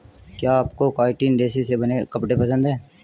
क्या आपको काइटिन रेशे से बने कपड़े पसंद है